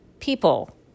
people